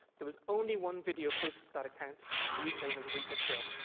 there was only one video posted to that account, and the username was rita krill.